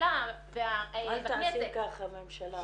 הממשלה וה --- אל תעשי ככה 'ממשלה',